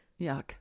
Yuck